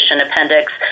appendix